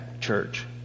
church